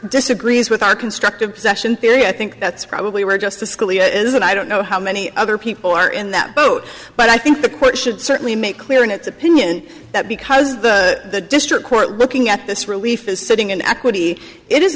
disagrees with our constructive possession theory i think that's probably where justice scalia is and i don't know how many other people are in that boat but i think the court should certainly make clear in its opinion that because the district court looking at this relief is sitting in equity it is